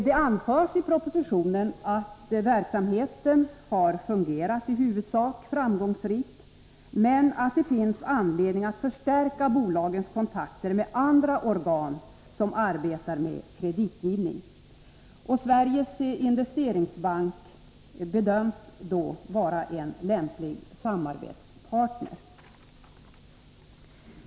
Det anförs i propositionen att verksamheten i huvudsak har fungerat framgångsrikt, men att det finns anledning att förstärka bolagens kontakter med andra organ som arbetar med kreditgivning. Sveriges Investeringsbank bedöms då vara en lämplig samarbetspartner.